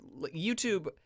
youtube